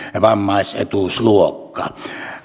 vammaisetuusluokka